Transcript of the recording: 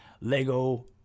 Lego